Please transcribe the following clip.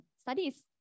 studies